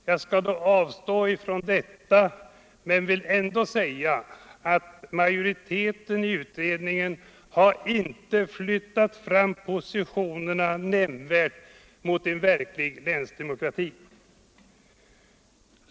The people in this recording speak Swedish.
Jag skall dock avstå från detta men vill ändå säga att majoriteten i utredningen har inte flyttat fram positionerna nämnvärt mot en verklig länsdemokrati.